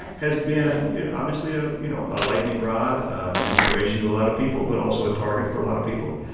has been obviously a, you know, a lightning rod, an inspiration to a lot of people, but also a target for a lot of people.